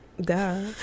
Duh